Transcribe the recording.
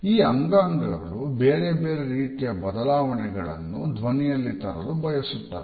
ಈ ಅಂಗಾಂಗಳು ಬೇರೆ ಬೇರೆ ರೀತಿಯ ಬದಲಾವಣೆಗಳನ್ನು ಧ್ವನಿಯಲ್ಲಿ ತರಲು ಬಯಸುತ್ತವೆ